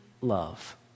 love